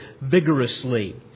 vigorously